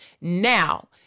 Now